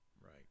right